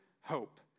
hope